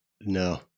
No